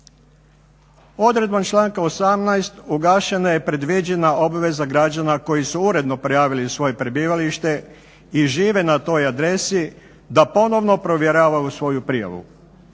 Odredbom članka 18. ugašena je predviđena obveza građana koji su uredno prijavili svoje prebivalište i žive na toj adresi da ponovno provjeravaju svoju prijavu.